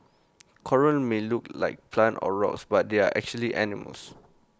corals may look like plants or rocks but they are actually animals